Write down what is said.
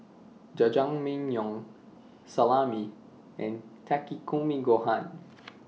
Jajangmyeon Salami and Takikomi Gohan